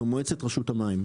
זו מועצת רשות המים,